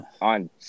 on